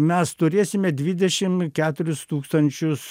mes turėsime dvidešim keturis tūkstančius